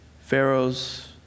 Pharaoh's